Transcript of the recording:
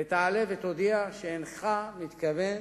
ותעלה ותודיע שאינך מתכוון